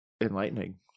enlightening